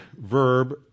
verb